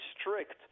strict